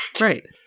Right